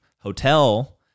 hotel